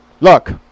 look